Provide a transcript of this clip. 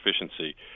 efficiency